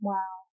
Wow